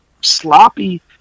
sloppy